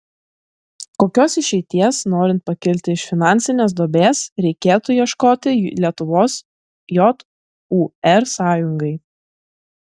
kokios išeities norint pakilti iš finansinės duobės reikėtų ieškoti lietuvos jūr sąjungai